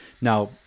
Now